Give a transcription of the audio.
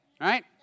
right